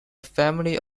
family